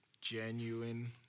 genuine